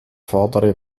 vordere